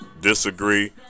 Disagree